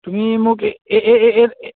তুমি মোক এই